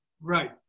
Right